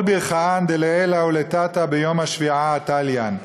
כל ברכאן דלעילא ותתא ביומא שביעאה תליין.